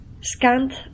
scant